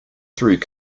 through